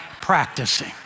practicing